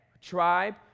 tribe